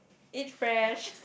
eat fresh